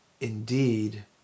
indeed